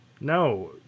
No